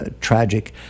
tragic